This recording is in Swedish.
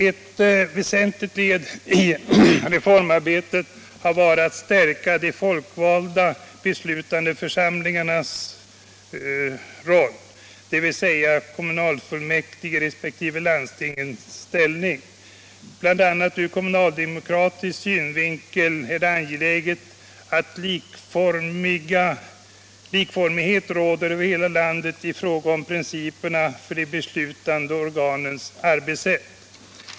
Ett väsentligt led i reformarbetet har varit att stärka de folkvalda beslutande församlingarnas, dvs. kommunfullmäktiges resp. landstingets, ställning. Bl. a. ur kommunaldemokratisk synvinkel är det angeläget att likformighet råder över hela landet i fråga om principerna för de beslutande organens arbetssätt.